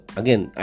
again